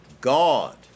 God